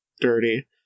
dirty